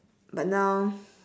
but now